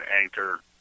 anchor